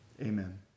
amen